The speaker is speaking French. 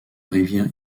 rivière